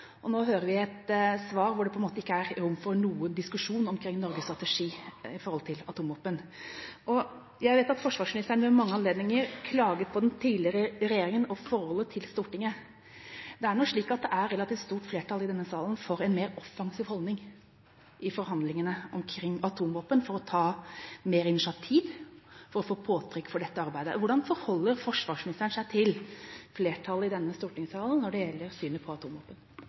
og nå hører vi et svar hvor det på en måte ikke er rom for noen diskusjon omkring Norges strategi i forhold til atomvåpen. Jeg vet at forsvarsministeren ved mange anledninger klaget på den tidligere regjeringa og forholdet til Stortinget. Det er nå slik at det er et relativt stort flertall i denne salen for en mer offensiv holdning i forhandlingene omkring atomvåpen, for å ta mer initiativ og for påtrykk i dette arbeidet. Hvordan forholder forsvarsministeren seg til flertallet i stortingssalen når det gjelder synet på